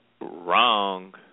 Wrong